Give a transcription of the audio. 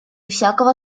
всякого